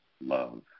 love